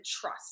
trust